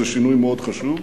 זה שינוי מאוד חשוב,